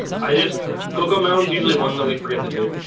i just woke up mounds usually one that we forget to do